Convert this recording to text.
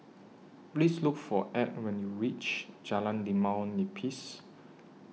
Please Look For Edd when YOU REACH Jalan Limau Nipis